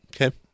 Okay